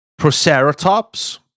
Proceratops